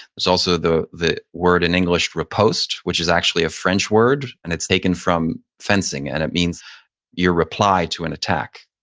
there's also the the word in english, repost, which is actually a french word and it's taken from fencing and it means your reply to an attack.